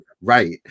Right